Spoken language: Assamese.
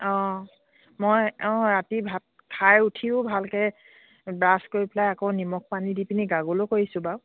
অঁ মই অঁ ৰাতি ভাত খাই উঠিও ভালকৈ ব্ৰাছ কৰি পেলাই আকৌ নিমখ পানী দি পিনি গাগলো কৰিছোঁ বাৰু